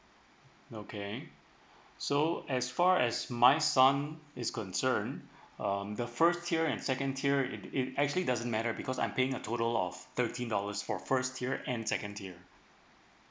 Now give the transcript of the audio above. okay so as far as my son is concern um the first tier and second tier it it actually doesn't matter because I'm paying a total of thirty dollars for first tier and second tier